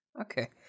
Okay